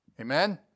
Amen